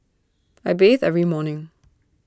I bathe every morning